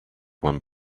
one